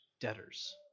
debtors